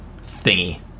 thingy